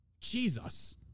Jesus